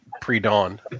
pre-dawn